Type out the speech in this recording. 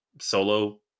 solo